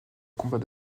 combat